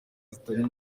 zitari